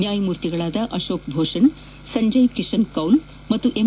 ನ್ಯಾಯಮೂರ್ತಿಗಳಾದ ಅಶೋಕ್ ಭೂಷಣ್ ಸಂಜಯ್ ಕಿಶನ್ ಕೌಲ್ ಮತ್ತು ಎಂ